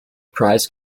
price